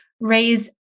raise